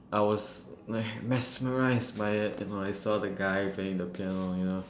I was like mesmerised by the piano when I saw the guy playing the piano you know